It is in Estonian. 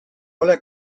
ole